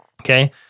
okay